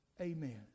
Amen